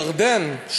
ירדן,